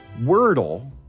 Wordle